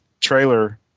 trailer